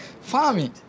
farming